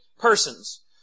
persons